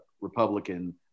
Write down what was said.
Republican